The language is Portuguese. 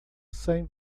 sem